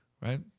right